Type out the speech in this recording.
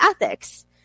ethics